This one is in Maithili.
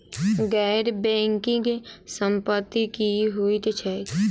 गैर बैंकिंग संपति की होइत छैक?